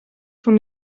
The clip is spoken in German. von